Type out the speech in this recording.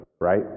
right